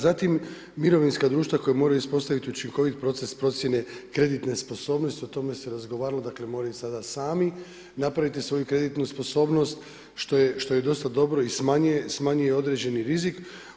Zatim, mirovinska društva koja moraju ispostaviti učinkovit proces procjene kreditne sposobnosti, o tome se razgovaralo, dakle, moraju sada sami napraviti svoju kreditnu sposobnost što je dosta dobro i smanjuje određeni rizik.